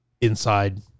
inside